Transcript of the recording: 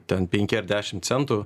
ten penki ar dešim centų